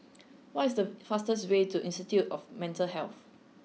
what is the fastest way to Institute of Mental Health